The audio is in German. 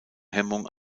hemmung